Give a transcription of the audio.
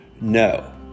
No